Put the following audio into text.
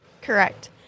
Correct